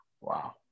Wow